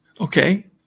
Okay